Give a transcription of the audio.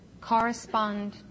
correspond